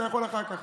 אתה יכול אחר כך,